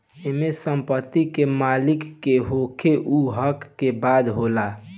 एमे संपत्ति के मालिक के होखे उ हक के बात होला